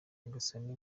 nyagasani